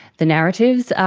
the narratives?